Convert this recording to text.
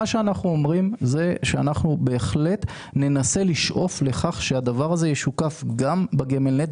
אנחנו בהחלט ננסה לשאוף לכך שהדבר הזה ישוקף גם בגמל-נט,